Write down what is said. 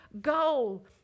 goal